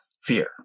fear